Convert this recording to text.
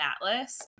Atlas